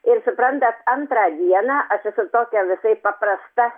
ir suprantat antrą dieną aš esu tokia visai paprasta